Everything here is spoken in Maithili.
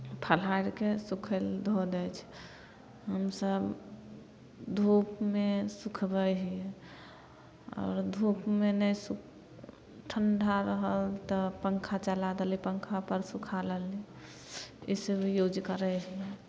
फलहारि कऽ सूखय लेल धऽ दै छी हमसभ धूपमे सुखबै हियै आओर धूपमे नहि सुख ठण्ढा रहल तऽ पंखा चला देली पंखापर सुखा लेली ईसभ यूज करय अपना